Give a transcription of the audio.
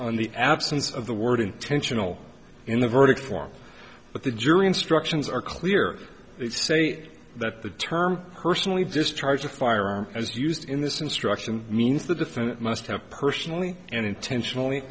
on the absence of the word intentional in the verdict form but the jury instructions are clear they say that the term personally just charge a firearm as used in this instruction means that the must have personally and intentionally